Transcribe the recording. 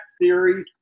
theory